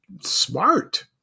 smart